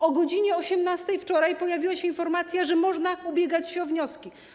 O godz. 18 wczoraj pojawiła się informacja, że można ubiegać się o wnioski.